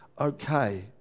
okay